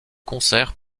concert